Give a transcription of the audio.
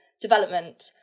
development